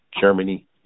Germany